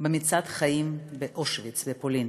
במצעד החיים באושוויץ בפולין.